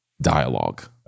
dialogue